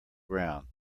ground